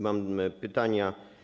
Mam pytania.